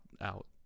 out